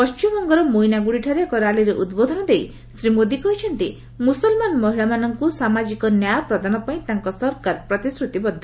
ପଣ୍ଢିମବଙ୍ଗର ମୋଇନାଗୁଡ଼ିଠାରେ ଏକ ର୍ୟାଲିରେ ଉଦ୍ବୋଧନ ଦେଇ ଶ୍ରୀ ମୋଦି କହିଛନ୍ତି ମୁସଲମାନ ମହିଳାମାନଙ୍କୁ ସାମାଜିକ ନ୍ୟାୟ ପ୍ରଦାନ ପାଇଁ ତାଙ୍କ ସରକାର ପ୍ରତିଶ୍ରତିବଦ୍ଧ